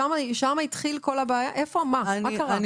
מה קרה?